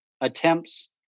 attempts